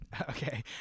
Okay